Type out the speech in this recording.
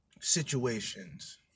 situations